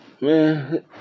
Man